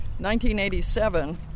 1987